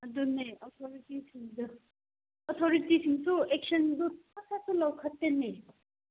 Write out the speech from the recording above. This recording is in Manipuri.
ꯑꯗꯨꯅꯦ ꯑꯣꯊꯣꯔꯤꯇꯤꯁꯤꯡꯗ ꯑꯣꯊꯣꯔꯤꯇꯤꯁꯤꯡꯁꯨ ꯑꯦꯛꯁꯟꯗꯨ ꯁꯠ ꯁꯠꯁꯨ ꯂꯧꯈꯠꯇꯦꯅꯦ